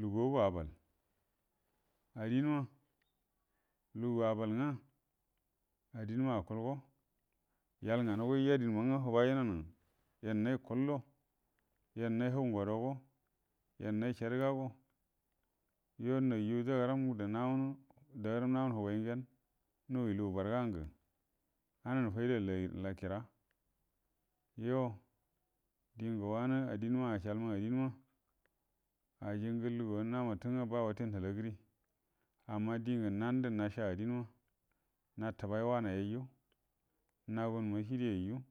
lugu ago abal, adinma lugu abal ngwə adinma akua̱lgo, ya’al nganə go yəji adinma ngwə hubo yannay yannay hau ngodo go yannay saduga, go, yuo nan dagəram gərə dagəram nawunə huguay ngyen nuyi lugu barga gə ananə fayda lahira yuo diengə wanə adinma acəal, adinma ajingə huguwa namatungwə ba wate nahala gərie, amma diengə nandə nasha adinma natə bay wanayyayu nagun macədieayyu.